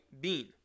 bean